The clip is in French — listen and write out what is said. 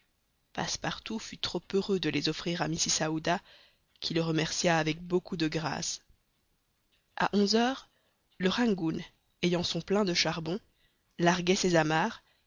passepartout fut trop heureux de les offrir à mrs aouda qui le remercia avec beaucoup de grâce a onze heures le rangoon ayant son plein de charbon larguait ses amarres